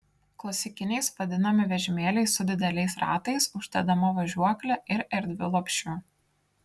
klasikiniais vadinami vežimėliai su dideliais ratais uždedama važiuokle ir erdviu lopšiu